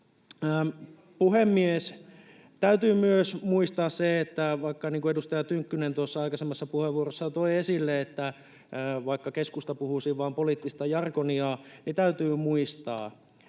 Täytyy myös muistaa se, että vaikka — niin kuin edustaja Tynkkynen tuossa aikaisemmassa puheenvuorossaan toi esille — keskusta puhuisi vain poliittista jargonia, niin tähän